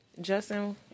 Justin